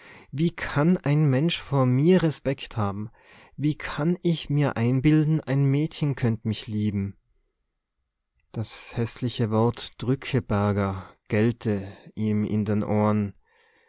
wie kann ein mensch vor mir respekt haben wie kann ich mir einbilden ein mädchen könnt mich lieben das häßliche wort drückeberger gellte ihm in den ohren